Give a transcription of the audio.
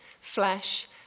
flesh